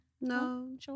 No